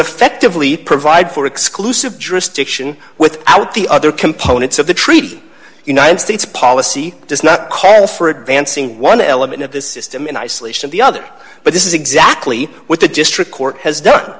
effectively provide for exclusive jurisdiction without the other components of the treaty united states policy does not call for advancing one element of the system in isolation of the other but this is exactly what the district court has done